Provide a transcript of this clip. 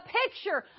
picture